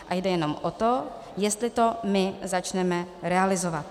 A jde jenom o to, jestli to my začneme realizovat.